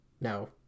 no